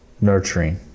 Nurturing